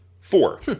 Four